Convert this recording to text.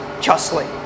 justly